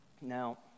Now